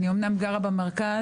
אני אומנם גרה במרכז,